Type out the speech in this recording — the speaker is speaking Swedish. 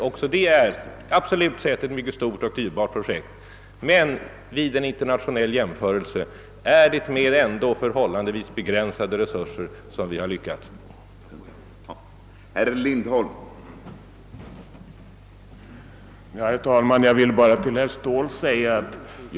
även detta är absolut sett ett mycket stort och dyrbart projekt, men vid en internationell jämförelse är det ändå med förhållandevis begränsade resurser som vi har lyckats genomföra det.